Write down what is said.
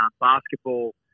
basketball